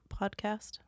podcast